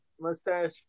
mustache